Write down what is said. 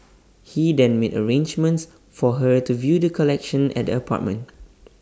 he then made arrangements for her to view the collection at the apartment